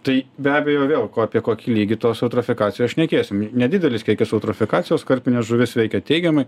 tai be abejo vėl ko apie kokį lygį tos eutrofikacijos šnekėsim nedidelis kiekis eutrofikacijos karpines žuvis veikia teigiamai